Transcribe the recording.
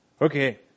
Okay